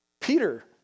Peter